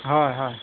হয় হয়